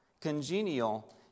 congenial